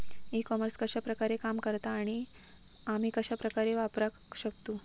E commerce कश्या प्रकारे काम करता आणि आमी कश्या प्रकारे वापराक शकतू?